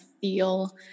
feel